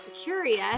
curious